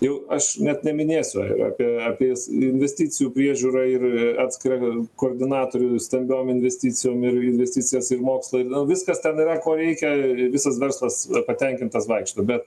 jau aš net neminėsiu a apie apie investicijų priežiūrą ir atskirą koordinatorių stambiom investicijom ir investicijas į mokslą ir nu viskas ten yra ko reikia visas verslas patenkintas vaikšto bet